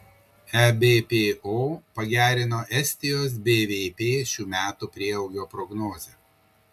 ebpo pagerino estijos bvp šių metų prieaugio prognozę